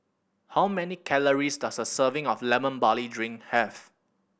how many calories does a serving of Lemon Barley Drink have